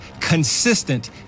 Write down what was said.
consistent